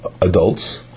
adults